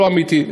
לא אמיתי,